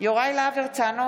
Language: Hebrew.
יוראי להב הרצנו,